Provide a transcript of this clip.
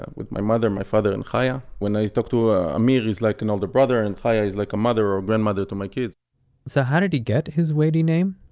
ah with my mother, my father and chaya. when i talk to ah amir, he's like an older brother and chaya is like a mother or grandmother to my kids so how did he get his weighty name?